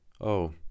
Oh